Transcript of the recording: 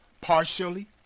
partially